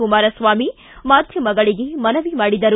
ಕುಮಾರಸ್ವಾಮಿ ಮಾಧ್ಯಮಗಳಿಗೆ ಮನವಿ ಮಾಡಿದರು